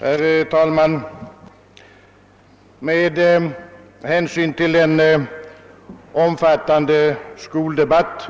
Herr talman! Med hänsyn till den omfattande skoldebatt